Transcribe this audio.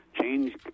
change